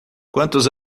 quantos